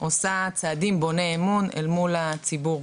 עושה צעדים בוני אמון מול הציבור,